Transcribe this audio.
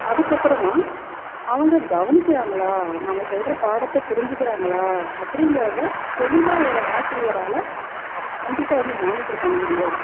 அதுக்கப்புறமா அவங்க கவனிக்கிறாங்களா நாம் சொல்கிற பாடத்தை புரிஞ்சுக்கிறாங்களா அப்டிங்கிறத தெளிவாக ஒரு ஆசிரியரால் கண்டிப்பாக வந்து மானிட்ரு பண்ண முடியாது